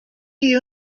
you